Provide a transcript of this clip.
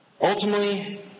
Ultimately